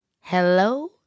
Hello